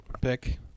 pick